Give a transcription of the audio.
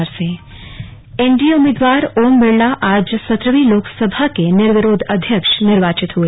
slug Lok Sabha अध्यक्ष NDA उम्मीदवार ओम बिड़ला आज सत्रहवीं लोकसभा के निर्विरोध अध्यक्ष निर्वाचित हुए